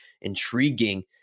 intriguing